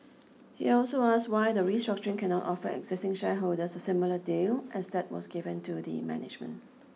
he also as why the restructuring cannot offer existing shareholders a similar deal as that was given to the management